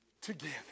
together